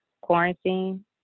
quarantine